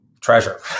treasure